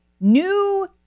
New